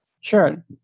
Sure